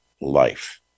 life